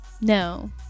No